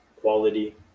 quality